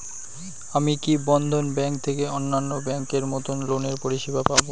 আমি কি বন্ধন ব্যাংক থেকে অন্যান্য ব্যাংক এর মতন লোনের পরিসেবা পাব?